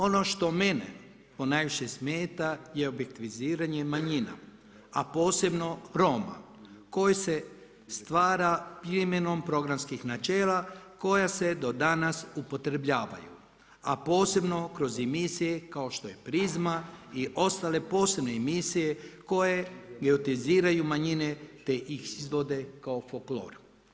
Ono što mene najviše smeta je objektiviziranje manjina a posebno Roma koji se stvara primjenom programskih načela koja se do danas upotrjebljavaju a posebno kroz emisije kao što je Prizma i ostale posebne emisije koje geotiziraju manjine te iz izvode kao folklor.